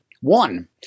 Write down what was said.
One